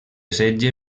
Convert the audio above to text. setge